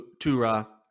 Tura